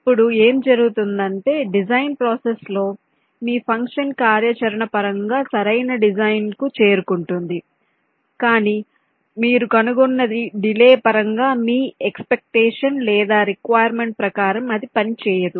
ఇప్పుడు ఏమి జరుగుతుందంటే డిజైన్ ప్రాసెస్ లో మీ ఫంక్షన్ కార్యాచరణ పరంగా సరైన డిజైన్కు చేరుకుంటుంది కానీ సమయం చూడండి 0158 మీరు కనుగొన్నది డిలే పరం గా మీ ఎక్సపెక్టేషన్ లేదా రిక్వైర్మెంట్ ప్రకారం అది పని చేయదు